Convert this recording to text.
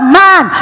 man